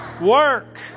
work